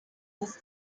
this